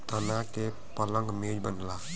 तना के पलंग मेज बनला